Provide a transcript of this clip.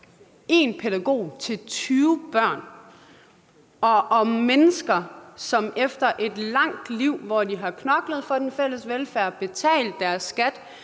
én pædagog til 20 børn – og mennesker, som efter et langt liv, hvor de har knoklet for den fælles velfærd og betalt deres skat,